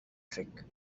trick